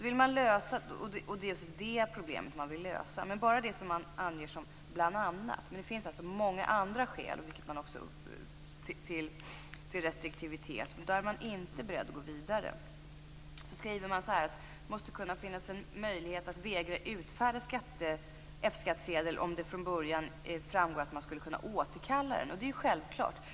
Det är det problemet man vill lösa. Det är bara det problemet man anger, men det finns många andra skäl till restriktivitet. Där är man inte beredd att gå vidare. Man skriver att det måste finnas en möjlighet att vägra utfärda F-skattsedel om det från början framgår att den skulle kunna återkallas. Det är självklart.